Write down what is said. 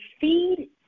feed